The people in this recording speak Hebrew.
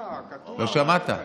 לא שמעת.